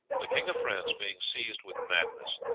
the king of france being seized with madness,